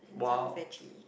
and some veggie